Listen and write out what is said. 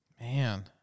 Man